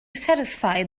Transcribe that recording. satisfy